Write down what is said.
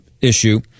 issue